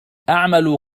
أعمل